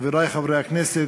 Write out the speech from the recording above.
חברי חברי הכנסת,